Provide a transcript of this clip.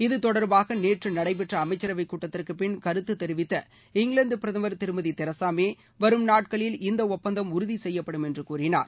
இது தொடர்பாக நேற்று நடைபெற்ற அமைச்சரவை கூட்டத்திற்கு பிள் கருத்து தெரிவித்த இங்கிலாந்து பிரதமா் திருமதி தெரசா மே வரும் நாட்களில் இந்த ஒப்பந்தம் உறுதி செய்யப்படும் என்று கூறினார்